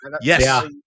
Yes